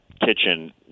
kitchen